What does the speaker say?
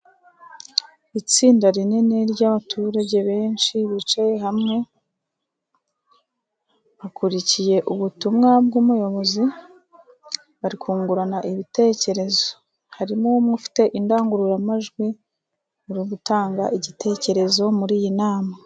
Itsinda rinini ry'abaturage benshi bicaye hamwe bakurikiye ubutumwa bw'umuyobozi, bari kungurana ibitekerezo. Harimo umwe ufite indangururamajwi, uri gutanga igitekerezo muri iyi nama.